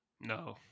No